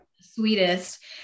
sweetest